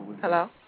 Hello